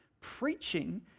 Preaching